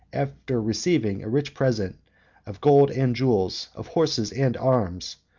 after receiving a rich present of gold and jewels, of horses and arms,